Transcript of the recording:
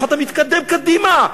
איך אתה מתקדם קדימה?